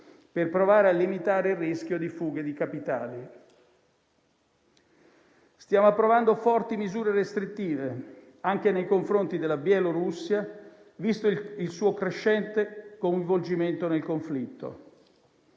per provare a limitare il rischio di fughe di capitali. Stiamo approvando forti misure restrittive anche nei confronti della Bielorussia, visto il suo crescente coinvolgimento nel conflitto.